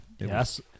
yes